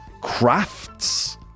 Crafts